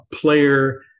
player